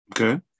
Okay